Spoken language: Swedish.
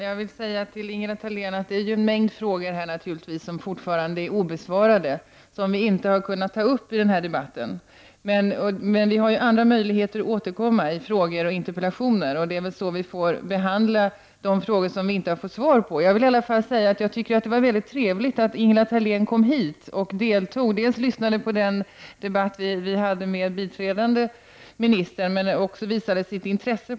Herr talman! Till Ingela Thalén vill jag säga att det naturligtvis finns en mängd obesvarade frågor. Det finns alltså frågor som vi inte har kunnat ta upp i den här debatten. Men vi har ju möjlighet att återkomma till dessa saker i frågor och interpellationer. Det är väl i de sammanhangen som vi får behandla de frågor där vi inte har fått några svar. Det är i alla fall väldigt trevligt att Ingela Thalén vill närvara och även delta i den här debatten. Hon har ju också lyssnat på debatten med biträdande ministern och därmed visat sitt intresse.